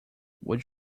would